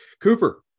Cooper